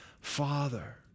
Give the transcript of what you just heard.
Father